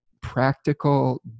practical